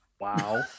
Wow